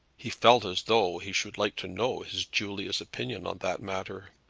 he felt as though he should like to know his julia's opinions on that matter.